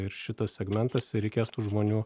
ir šitas segmentas reikės tų žmonių